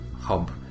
hub